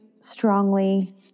strongly